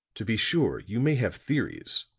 to be sure, you may have theories,